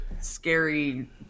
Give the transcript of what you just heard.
scary